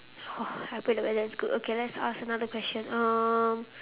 !wah! I pray the weather is good okay let's ask another question um